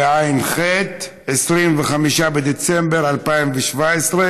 כך, ברוב של ארבעה